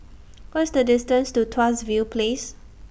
What IS The distance to Tuas View Place